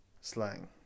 slang